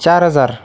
चार हजार